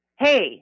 Hey